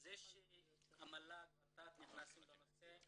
זה שהמל"ג ות"ת נכנסים בנושא,